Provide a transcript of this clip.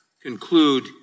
conclude